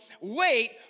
wait